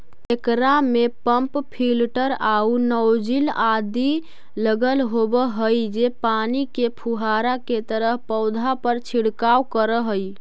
एकरा में pump filter आउ नॉजिल आदि लगल होवऽ हई जे पानी के फुहारा के तरह पौधा पर छिड़काव करऽ हइ